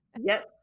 Yes